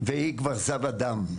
והיא כבר זבה דם.